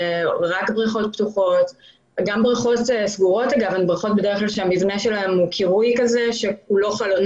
גם בריכות סגורות הן בריכות שהקירוי שלהן מלא בחלונות.